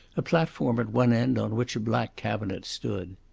a platform at one end on which a black cabinet stood.